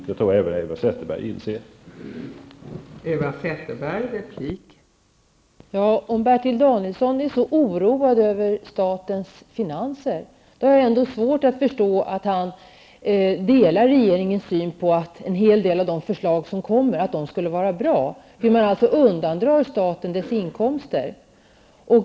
Jag tror att även Eva Zetterberg inser det.